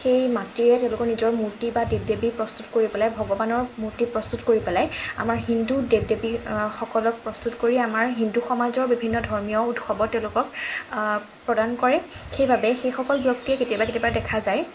সেই মাটিৰে তেওঁলোকৰ নিজৰ মূৰ্তি বা দেৱ দেৱী প্ৰস্তুত কৰি পেলাই ভগৱানৰ মূৰ্তি প্ৰস্তুত কৰি পেলাই আমাৰ হিন্দু দেৱ দেৱীসকলক প্ৰস্তুত কৰি আমাৰ হিন্দু সমাজৰ বিভিন্ন ধৰ্মীয় উৎসৱত তেওঁলোকক প্ৰদান কৰে সেইবাবে সেইসকল ব্যক্তিয়ে কেতিয়াবা কেতিয়াবা দেখা যায়